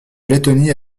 lettonie